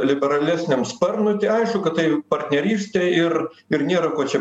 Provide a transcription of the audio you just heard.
liberalesniam sparnui tai aišku kad tai partnerystė ir ir nėra ko čia